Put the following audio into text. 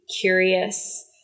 curious